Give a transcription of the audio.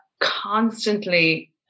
constantly